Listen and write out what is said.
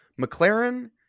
McLaren